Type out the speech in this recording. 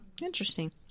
Interesting